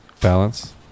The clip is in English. balance